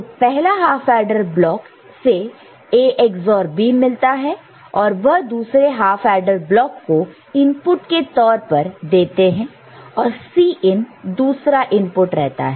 तो पहले half adder block से जो A XOR B मिलता है वह दूसरे हाफ एडर ब्लॉक को इनपुट के तौर पर देते हैं और Cin दूसरा इनपुट रहता है